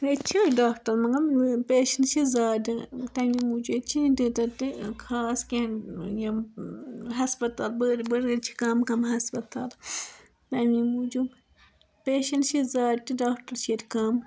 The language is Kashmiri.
ییٚتہِ چھ ڈاکٹَر مَگَر پیشَنٹہٕ چھِ زیادٕ تَمے موٗجوٗب ییٚتہِ چھِنہٕ تیٖتیٛاہ تہِ خاص کیٚنٛہہ یِم یم ہَسپَتال بٔڈۍ بٔڈۍ ییٚتہِ چھِ کَم کَم ہَسپَتال اَمے موٗجوٗب پیشَنٹہٕ چھِ زیادٕ تہٕ ڈاکٹَر چھِ ییٚتہِ کَم